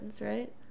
right